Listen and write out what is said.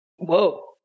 Whoa